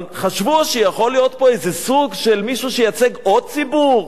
אבל חשבו שיכול להיות פה איזה סוג של מישהו שייצג עוד ציבור,